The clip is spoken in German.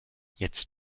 jetzt